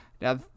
Now